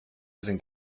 sind